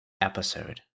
episode